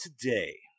today